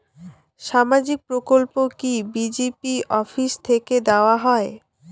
সামাজিক প্রকল্প কি জি.পি অফিস থেকে দেওয়া হয়?